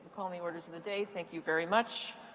calling the orders of the day. thank you very much.